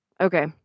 okay